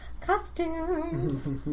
Costumes